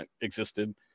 existed